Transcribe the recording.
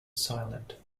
silent